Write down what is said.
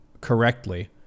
correctly